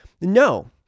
no